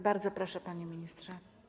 Bardzo proszę, panie ministrze.